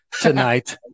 tonight